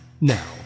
now